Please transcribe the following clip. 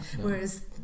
Whereas